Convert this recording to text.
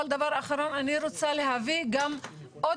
אבל דבר אחרון אני רוצה להביא גם עוד